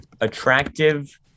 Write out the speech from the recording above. attractive